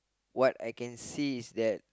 what I can see is that